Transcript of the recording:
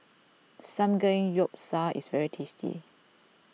Samgeyopsal is very tasty